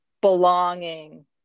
belonging